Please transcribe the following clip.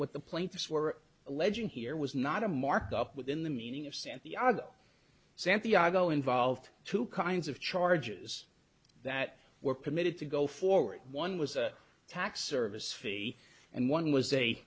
what the plaintiffs were alleging here was not a markup within the meaning of santiago santiago involved two kinds of charges that were permitted to go forward one was a tax service fee and one was a